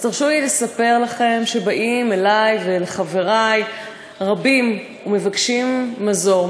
אז תרשו לי לספר לכם שבאים אלי ואל חברי רבים ומבקשים מזור,